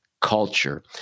culture